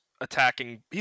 attacking